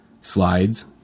slides